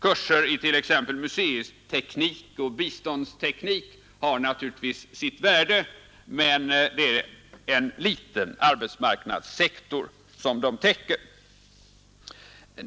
Kurser i t.ex. museiteknik och biståndsteknik har naturligtvis sitt värde, men de täcker en mycket liten arbetsmarknadssektor.